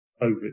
over